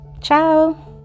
Ciao